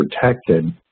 protected